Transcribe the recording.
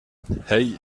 hey